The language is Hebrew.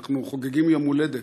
אנחנו חוגגים יום הולדת.